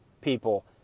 people